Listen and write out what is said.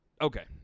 Okay